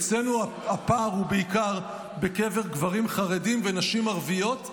אצלנו הפער הוא בעיקר בקרב גברים חרדים ונשים ערביות,